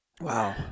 Wow